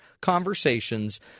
conversations